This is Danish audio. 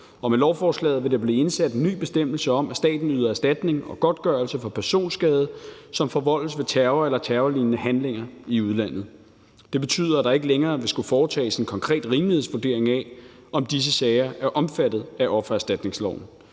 og med lovforslaget vil der blive indsat en ny bestemmelse om, at staten yder erstatning og godtgørelse for personskade, som forvoldes ved terror eller terrorlignende handlinger i udlandet. Det betyder, at der ikke længere vil skulle foretages en konkret rimelighedsvurdering af, om disse sager er omfattet af offererstatningsloven.